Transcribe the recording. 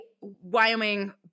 Wyoming